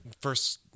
first